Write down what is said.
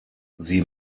sie